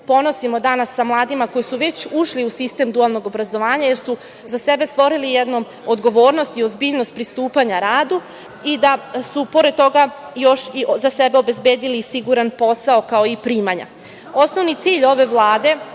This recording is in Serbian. ponosimo danas sa mladima koji su već ušli u sistem dualnog obrazovanja, jer su za sebe stvorili jednu odgovornost i ozbiljnost pristupanja radu i da su pored toga još za sebe obezbedili siguran posao, kao i primanja. Osnovni cilj ove Vlade,